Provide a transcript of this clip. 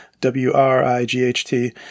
W-R-I-G-H-T